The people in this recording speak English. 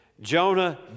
Jonah